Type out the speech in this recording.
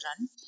run